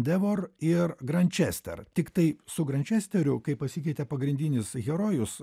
devor ir grančester ar tiktai su grančesteriu kai pasikeitė pagrindinis herojus